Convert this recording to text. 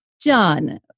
John